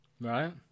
Right